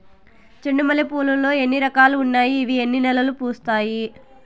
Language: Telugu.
చెండు మల్లె పూలు లో ఎన్ని రకాలు ఉన్నాయి ఇవి ఎన్ని నెలలు పూస్తాయి